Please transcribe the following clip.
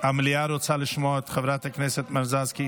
המליאה רוצה לשמוע את חברת הכנסת מזרסקי.